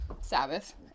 Sabbath